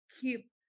keep